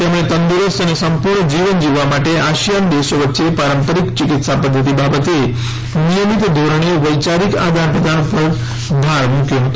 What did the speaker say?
તેમણે તંદુરસ્ત અને સંપૂર્ણ જીવન જીવવા માટે આસિયાન દેશો વચ્ચે પારંપારીક ચિકિત્સા પધ્ધતિ બાબતે નિયમિત ધોરણે વૈયારીક આદાન પ્રદાન ઉપર ભાર મૂક્યો હતો